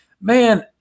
man